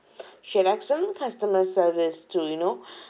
she had excellent customer service too you know